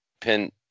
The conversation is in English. pin